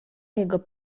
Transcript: jego